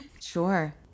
Sure